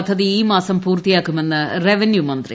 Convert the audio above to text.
പദ്ധതി ഈ മാസം പൂർത്തിയാക്കൂമെന്ന് റവന്യൂ മന്ത്രി